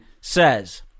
says